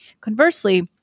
Conversely